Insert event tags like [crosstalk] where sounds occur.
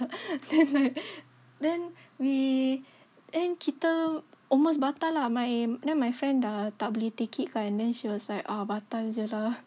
[laughs] then we then kita almost batal lah my then my friend dah tak boleh take it kan then she was like ah batal jer lah